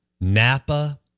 Napa